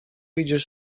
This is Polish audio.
idziesz